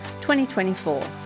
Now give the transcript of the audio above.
2024